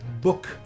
book